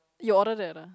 you order that ah